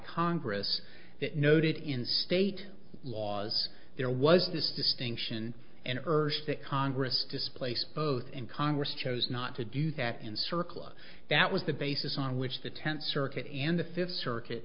congress that noted in state laws there was this distinction and urge that congress displace both and congress chose not to do that and circling that was the basis on which the tenth circuit and the fifth circuit